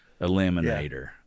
Eliminator